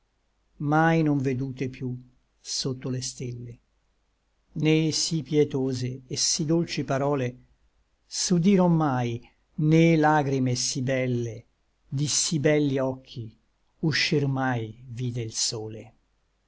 mai non vedute piú sotto le stelle né sí pietose et sí dolci parole s'udiron mai né lagrime sí belle di sí belli occhi uscir vide mai l sole